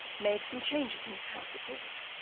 made some changes in his house at dort,